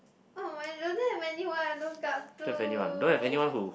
um I don't have anyone I look up to